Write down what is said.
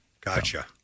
gotcha